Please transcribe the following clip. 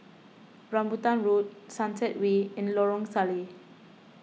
Rambutan Road Sunset Way and Lorong Salleh